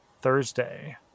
Thursday